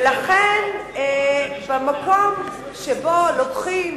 ולכן, במקום שבו לוקחים